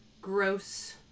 gross